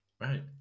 Right